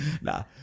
nah